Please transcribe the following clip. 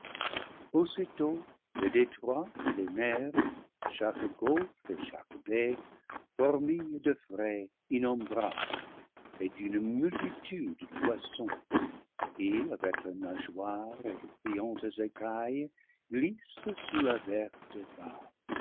aussitôt les détroits elles mers chaque golfe et chaque baie fourmillent de frai innombrable et d'une multitude de poissons qui avec leurs nageoires et leurs brillantes écailles glissent sous la verte